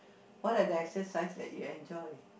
what are the exercise that you enjoy